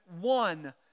one